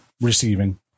receiving